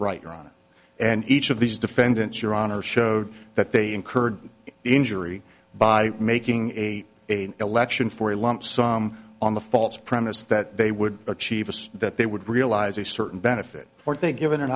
right wrong and each of these defendants your honor showed that they incurred injury by making a a election for a lump sum on the false premise that they would achieve that they would realize a certain benefit or think given an